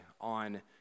on